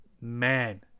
man